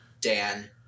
Dan